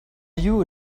you